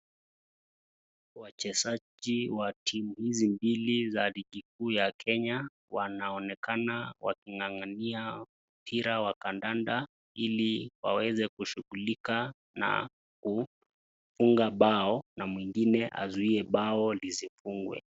Wachezaji watimu hizi mbili za ligii kuu ya Kenya, wanaonekana wakingangania mpira wa kandanda, ili waweze kushughulika na kufunga bao na mwengine azuie bao lisifungwe.